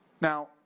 Now